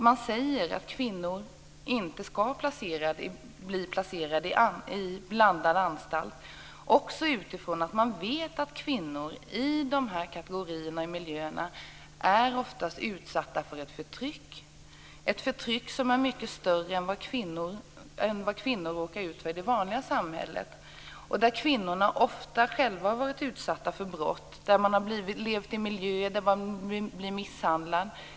Man säger att kvinnor inte skall bli placerade i blandade anstalter. Det gör man bl.a. utifrån att man vet att kvinnor i de här kategorierna och de här miljöerna oftast är utsatta för ett förtryck. Detta förtryck är mycket större än det som kvinnor råkar ut för i det vanliga samhället. Kvinnorna har ofta själva varit utsatta för brott. De har levt i miljöer där man blir misshandlad.